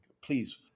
please